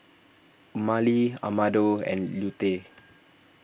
Emmalee Amado and Lute